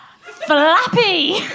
flappy